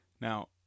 Now